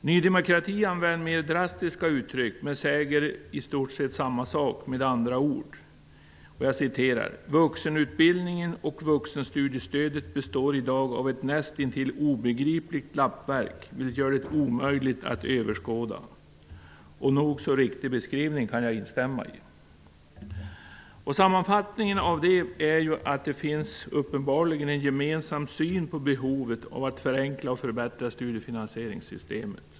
Ny demokrati använder mer drastiska uttryck men säger i stort sett samma sak fast med andra ord: ''Vuxenutbildningen och vuxenstudiestödet består i dag av ett näst intill obegripligt lappverk vilket gör det omöjligt att överskåda.'' Det är en nog så riktig beskrivning som jag kan instämma i. Sammanfattningsvis finns det uppenbarligen en gemensam syn på behovet av att förenkla och förbättra studiefinansieringssystemet.